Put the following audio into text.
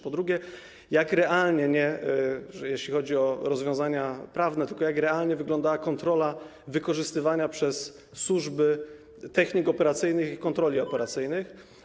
Po drugie, jak realnie - nie jeżeli chodzi o rozwiązania prawne, tylko realnie - wygląda kontrola wykorzystywania przez służby technik operacyjnych i kontroli operacyjnych?